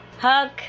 hug